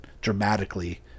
dramatically